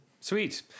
Sweet